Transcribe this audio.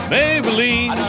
Maybelline